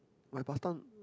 my pasta